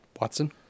Watson